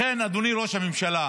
לכן, אדוני ראש הממשלה,